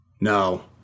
No